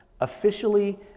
Officially